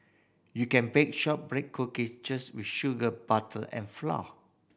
you can bake shortbread cookies just with sugar butter and flour